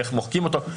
איך מוחקים אותו.